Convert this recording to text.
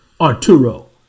Arturo